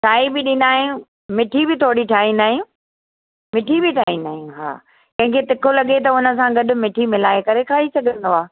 ठाहे बि ॾींदा आहियूं मिठी बि थोरी ठाहींदा आहियूं मिठी बि ठाहींदा आहियूं हा कंहिंखे तिखो लॻे त हुनखां गॾु मिठी मिलाए करे खाई सघंदो आहे